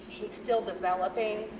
he's still developing,